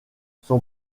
son